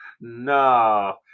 No